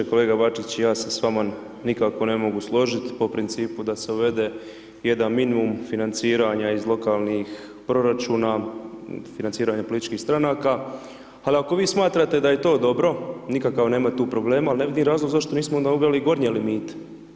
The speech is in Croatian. Kolega Bačić, ja se s vama nikako ne mogu složit po principu da se uvede jedan minum financiranja iz lokalnih proračuna, financiranje političkih stranaka, ali ako vi smatrate da je to dobro, nikakav nema tu problema, ali ne vidim razlog zašto onda nismo uveli gornje limite.